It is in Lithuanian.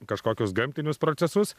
kažkokius gamtinius procesus